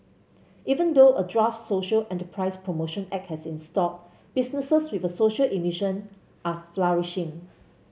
even though a draft social enterprise promotion act has stalled businesses with a social emission are flourishing